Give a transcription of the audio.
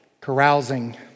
carousing